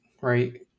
right